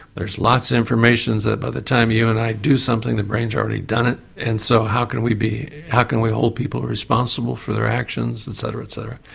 there's lots of information, so by the time you and i do something the brain's already done it. and so how can we be, how can we hold people responsible for their actions etc, etc.